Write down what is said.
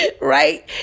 right